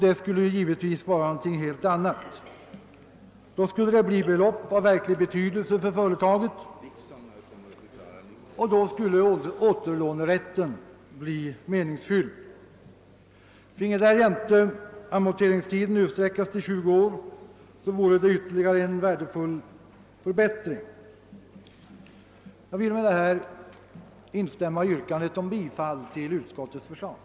Det skulle givetvis vara något helt annat; då skulle det bli ett belopp av verklig betydelse för företaget, och då skulle återlånerätten bli meningsfylld. Finge därjämte amorteringstiden utsträckas till tjugo år vore det ytterligare en värdefull förbättring. Jag vill med detta instämma i yrkandet om bifall till utskottets hemställan.